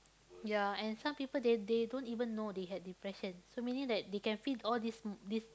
ya and some people they they don't even know that they had depression so meaning that they can feel all these these